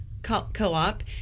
co-op